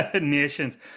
nations